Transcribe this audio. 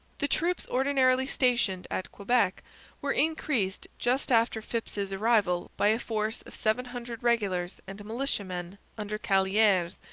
the troops ordinarily stationed at quebec were increased just after phips's arrival by a force of seven hundred regulars and militiamen under callieres,